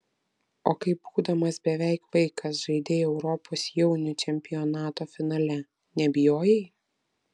o kai būdamas beveik vaikas žaidei europos jaunių čempionato finale nebijojai